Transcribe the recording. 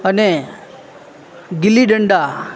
અને ગિલ્લી દંડા